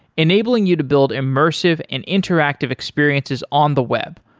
enabling you to build immersive and interactive experiences on the web,